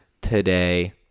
today